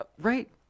Right